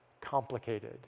complicated